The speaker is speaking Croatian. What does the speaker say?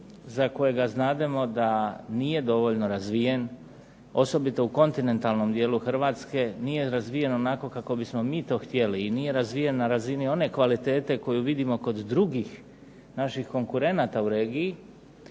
za kojega znademo da nije dovoljno razvijen osobito u kontinentalnom dijelu Hrvatske nije razvijen onako kako bismo mi to htjeli i nije razvijen na razini one kvalitete koju vidimo kod drugih naših konkurenata u regiji.